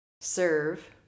serve